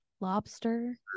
Lobster